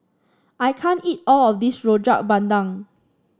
I can't eat all of this Rojak Bandung